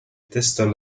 testo